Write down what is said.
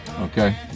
okay